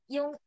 Yung